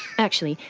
actually,